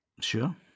Sure